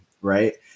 Right